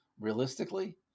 realistically